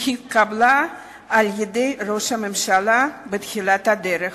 שהתקבלה על-ידי ראש הממשלה בתחילת הדרך.